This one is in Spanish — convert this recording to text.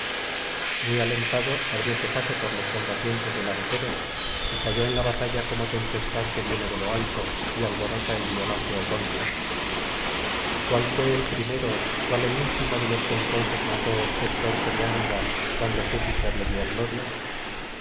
muy alentado abrióse paso por los combatientes delanteros y cayó en la batalla como tempestad que viene de lo alto y alborota el violáceo ponto cuál fué el primero cuál el último de los que entonces mató héctor priámida cuando júpiter le dio gloria